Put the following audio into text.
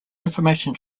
information